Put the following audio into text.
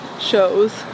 shows